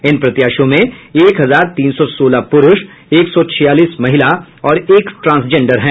इन प्रत्याशियों में एक हजार तीन सौ सोलह पुरूष एक सौ छियालीस महिला और एक ट्रांसजेंडर हैं